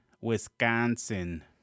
Wisconsin